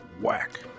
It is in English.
whack